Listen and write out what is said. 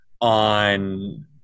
on